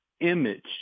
image